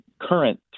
current